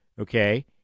okay